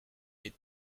est